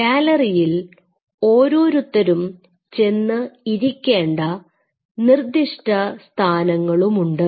ഗാലറിയിൽ ഓരോരുത്തരും ചെന്ന് ഇരിക്കേണ്ട നിർദ്ദിഷ്ട സ്ഥാനങ്ങളുമുണ്ട്